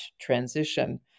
transition